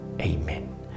Amen